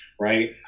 Right